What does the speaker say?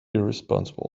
irresponsible